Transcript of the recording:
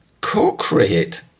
co-create